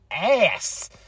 ass